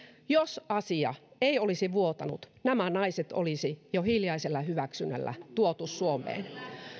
jos asia ei olisi vuotanut nämä naiset olisi jo hiljaisella hyväksynnällä tuotu suomeen